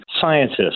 scientists